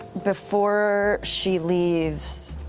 before she leaves.